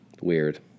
Weird